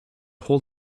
whole